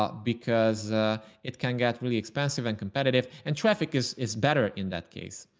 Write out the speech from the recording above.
but because it can get really expensive and competitive and traffic is is better. in that case.